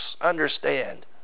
understand